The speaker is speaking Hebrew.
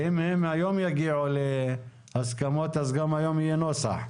אם היום יגיעו להסכמות, אז גם היום יהיה נוסח.